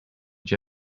cię